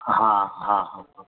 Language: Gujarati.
હા હા હા હા